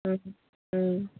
ꯎꯝ ꯎꯝ